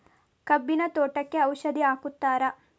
ಕಬ್ಬಿನ ತೋಟಕ್ಕೆ ಔಷಧಿ ಹಾಕುತ್ತಾರಾ?